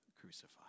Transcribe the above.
crucified